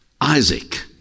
Isaac